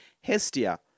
Hestia